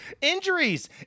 injuries